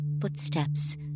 footsteps